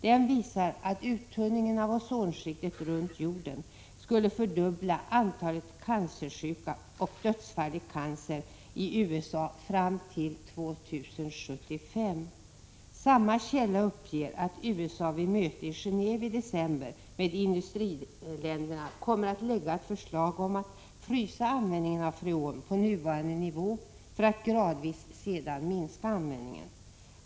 Den visar att uttunningen av ozonskiktet runt jorden kan fördubbla antalet cancersjuka och dödsfall i cancer i USA fram till år 2075. Samma källa uppger att USA vid möte i Genåve i december med industriländerna kommer att lägga fram förslag om att användningen av freon skall frysas på nuvarande nivå för att den därefter gradvis skall kunna minskas.